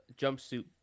jumpsuit